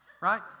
right